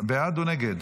בעד או נגד?